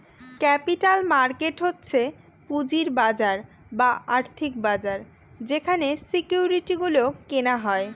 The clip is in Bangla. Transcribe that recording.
ক্যাপিটাল মার্কেট হচ্ছে পুঁজির বাজার বা আর্থিক বাজার যেখানে সিকিউরিটি গুলো কেনা হয়